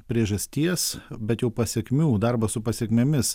priežasties bet jau pasekmių darbas su pasekmėmis